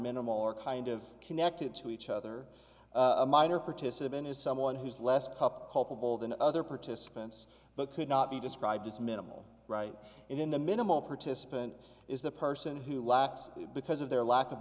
minimal or kind of connected to each other a minor participant is someone who's less cup culpable than the other participants but could not be described as minimal right in the minimal participant is the person who lacks because of their lack of